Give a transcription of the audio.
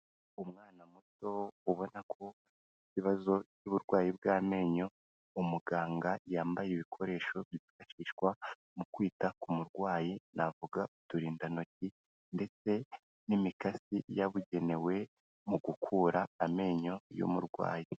Umwana muto ubona ko afite ibibazo by'uburwayi bw'amenyo, umuganga yambaye ibikoresho byifashishwa mu kwita ku murwayi, navuga uturindantoki ndetse n'imikasi yabugenewe mu gukura amenyo y'umurwayi.